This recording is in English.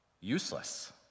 useless